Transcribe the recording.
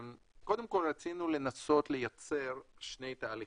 רצינו לנסות ייצר שני תהליכים.